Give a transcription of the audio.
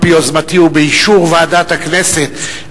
על-פי יוזמתי ובאישור ועדת הכנסת,